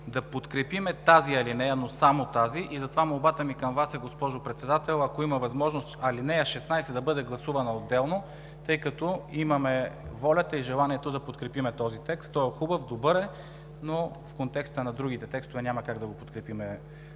да подкрепим тази алинея, но само тази. Молбата ми към Вас е, госпожо Председател, ако има възможност, ал. 16 да бъде гласувана отделно, тъй като имаме волята и желанието да подкрепим този текст. Той е хубав, добър е, но в контекста на другите текстове няма как да го подкрепим